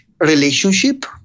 relationship